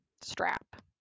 strap